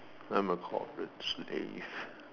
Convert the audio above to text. I'm a corporate slave